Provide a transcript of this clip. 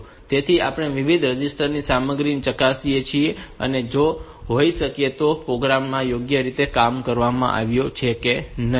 તેથી આપણે વિવિધ રજીસ્ટર ની સામગ્રી ચકાસી શકીએ છીએ અને એ જોઈ શકીએ છીએ કે પ્રોગ્રામ યોગ્ય રીતે કરવામાં આવ્યો છે કે નહીં